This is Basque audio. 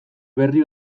berri